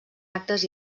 actes